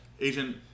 Agent